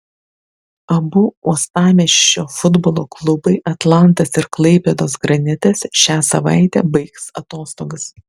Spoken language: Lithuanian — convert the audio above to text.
abu uostamiesčio futbolo klubai atlantas ir klaipėdos granitas šią savaitę baigs atostogas